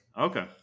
Okay